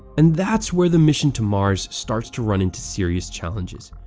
and that's where the mission to mars starts to run into serious challenges.